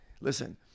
listen